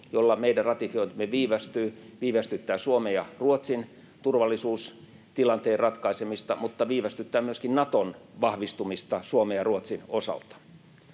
jolla meidän ratifiointimme viivästyy, viivästyttää Suomen ja Ruotsin turvallisuustilanteen ratkaisemista mutta viivästyttää myöskin Naton vahvistumista Suomen ja Ruotsin osalta.